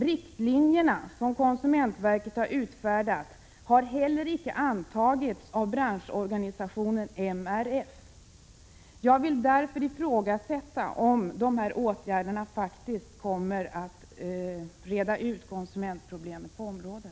Riktlinjerna som konsumentverket utfärdat har inte heller antagits av branschorganisationen MRF. Jag vill därför ifrågasätta om dessa åtgärder faktiskt kommer att leda till att lösa problemen på området.